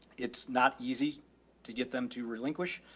it's not easy to get them to relinquish a,